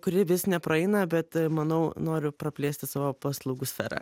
kuri vis nepraeina bet manau noriu praplėsti savo paslaugų sferą